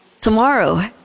tomorrow